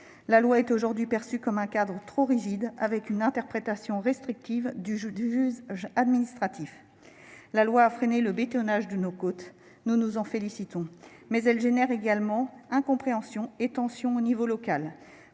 Littoral est aujourd'hui perçue comme un cadre trop rigide, interprété de manière restrictive par le juge administratif. Elle a freiné le bétonnage de nos côtes ; nous nous en félicitons. Mais elle génère également incompréhensions et tensions au niveau local.